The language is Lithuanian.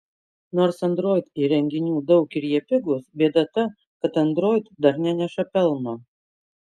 nors android įrenginių daug ir jie pigūs bėda ta kad android dar neneša pelno